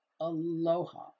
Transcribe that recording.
aloha